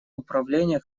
управление